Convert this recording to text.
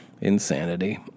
Insanity